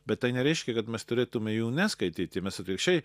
bet tai nereiškia kad mes turėtume jų neskaityti mes atvirkščiai